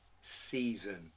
season